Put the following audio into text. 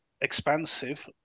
expansive